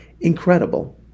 Incredible